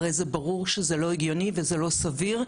והרי זה ברור שזה לא הגיוני וזה לא סביר.